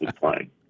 playing